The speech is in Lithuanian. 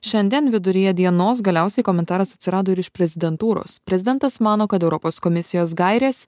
šiandien viduryje dienos galiausiai komentaras atsirado ir iš prezidentūros prezidentas mano kad europos komisijos gairės